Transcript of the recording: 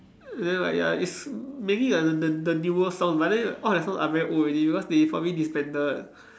then like ya it's mainly the the the newer songs but then all their songs are very old already because they probably disbanded